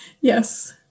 Yes